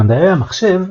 במדעי המחשב,